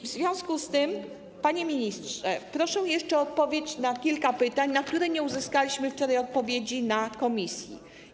W związku z tym, panie ministrze, proszę jeszcze o odpowiedź na kilka pytań, na które nie uzyskaliśmy odpowiedzi wczoraj na posiedzeniu komisji.